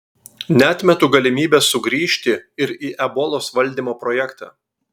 neatmetu galimybės sugrįžti ir į ebolos valdymo projektą